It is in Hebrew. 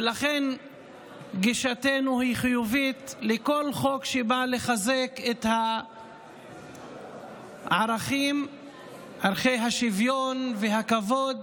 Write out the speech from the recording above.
ולכן גישתנו היא חיובית לכל חוק שבא לחזק את ערכי השוויון והכבוד